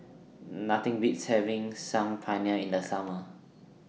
Nothing Beats having Saag Paneer in The Summer